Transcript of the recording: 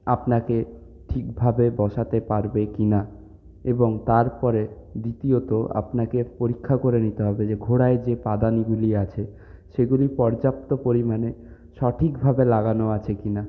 আপনাকে ঠিকভাবে বসাতে পারবে কিনা এবং তারপরে দ্বিতীয়ত আপনাকে পরীক্ষা করে নিতে হবে যে ঘোড়ায় যে পাদানিগুলি আছে সেইগুলি পর্যাপ্ত পরিমাণে সঠিকভাবে লাগানো আছে কিনা